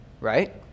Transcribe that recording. right